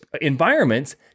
environments